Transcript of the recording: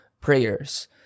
prayers